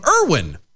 Irwin